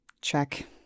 check